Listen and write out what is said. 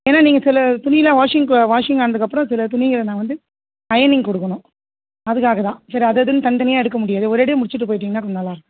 ஏன்னா நீங்கள் சில துணில்லாம் வாஷிங்குக்கு வாஷிங் ஆனதுக்கப்புறம் சில துணிகளை நான் வந்து அயனிங் கொடுக்கணும் அதுக்காக தான் சரி அது அதுன்னு தனித்தனியாக எடுக்க முடியாது ஒரேடியாக முடிச்சுட்டு போய்ட்டீங்கன்னா கொஞ்சம் நல்லாயிருக்கும்